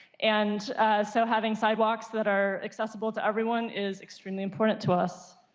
and so having sidewalks that are accessible to everyone is extremely important to us.